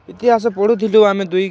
ଇତିହାସ ପଢ଼ୁଥିଲୁ ଆମେ ଦୁଇ